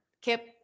Kip